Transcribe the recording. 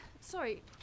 sorry